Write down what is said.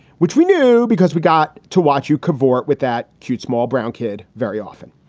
which we knew because we got to watch you cavort with that cute, small, brown kid very often.